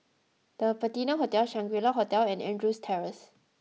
the Patina Hotel Shangri La Hotel and Andrews Terrace